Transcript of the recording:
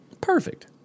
Perfect